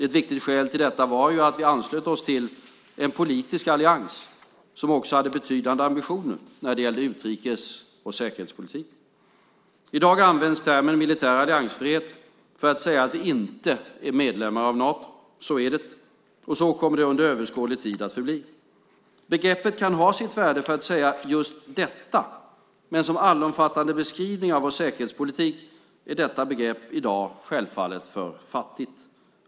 Ett viktigt skäl till detta var att vi ju anslöt oss till en politisk allians som också hade betydande ambitioner när det gällde utrikes och säkerhetspolitik. I dag används termen militär alliansfrihet för att säga att vi inte är medlemmar av Nato. Så är det - och så kommer det under överskådlig tid att förbli. Begreppet kan ha sitt värde för att säga just detta, men som allomfattande beskrivning av vår säkerhetspolitik är detta begrepp i dag självfallet för fattigt.